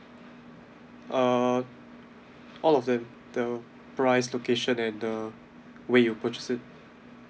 uh all of them the price location and the way you purchase it